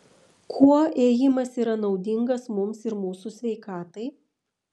kuo ėjimas yra naudingas mums ir mūsų sveikatai